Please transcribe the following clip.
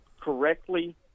correctly